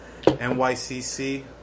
nycc